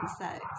sex